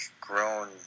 grown